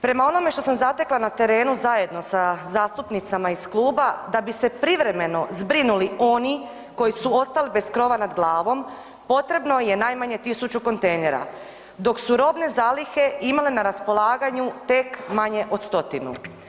Prema onome što sam zatekla na terenu zajedno sa zastupnicama iz kluba, da bi se privremeno zbrinuli oni koji su ostali bez krova nad glavom, potrebno je najmanje 1000 kontejnera, dok su robne zalihe imale na raspolaganju tek manje od stotinu.